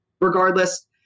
Regardless